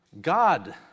God